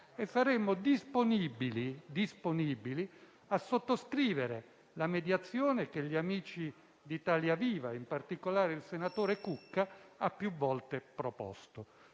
e saremmo disponibili a sottoscrivere la mediazione che gli amici di Italia Viva, in particolare il senatore Cucca, hanno più volte proposto.